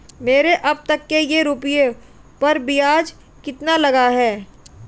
मेरे अब तक के रुपयों पर ब्याज कितना लगा है?